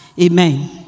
Amen